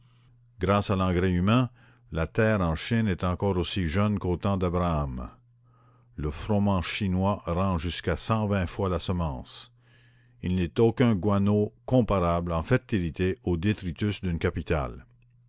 grâce à l'engrais humain la terre en chine est encore aussi jeune qu'au temps d'abraham le froment chinois rend jusqu'à cent vingt fois la semence il n'est aucun guano comparable en fertilité au détritus d'une capitale